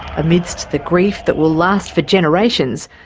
amidst the grief that will last for generations,